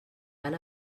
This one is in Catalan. van